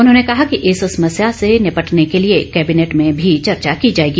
उन्होंने कहा कि इस समस्या से निपटने के लिए कोबिनेट में भी चर्चा की जाएगी